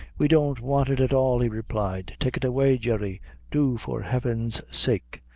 we don't want it at all, he replied take it away, jerry do, for heaven's sake.